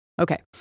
Okay